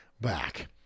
back